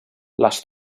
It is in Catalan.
les